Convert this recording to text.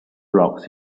rocks